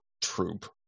troop